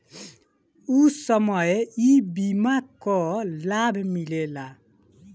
ऊ समय ई बीमा कअ लाभ मिलेला